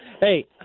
Hey